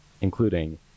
including